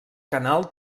canal